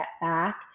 back